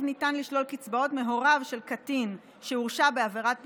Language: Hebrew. ניתן לשלול קצבאות מהוריו של קטין שהורשע בעבירת ביטחון,